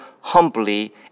humbly